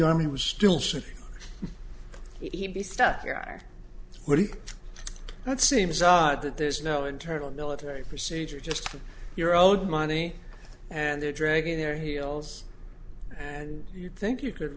he was still should he be stuck here are that seems that there's no internal military procedure just you're owed money and they're dragging their heels and you think you could